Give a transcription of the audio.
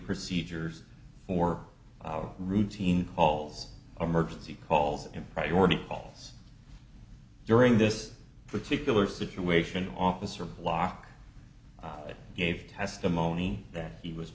procedures for our routine calls emergency calls and priority calls during this particular situation officer block that gave testimony that he was